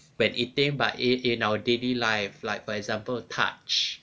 when eating but in in our daily life like for example touch